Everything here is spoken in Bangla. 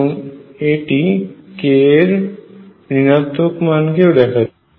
এবং এটি k এর ঋনাত্বক মান কেও দেখাচ্ছে